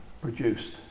produced